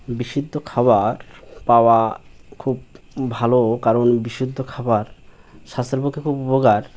বিশুদ্ধ খাবার পাওয়া খুব ভালো কারণ বিশুদ্ধ খাবার স্বাস্থের পক্ষে খুব উপকার